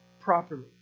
properly